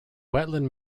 wetland